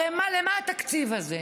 הרי למה התקציב הזה?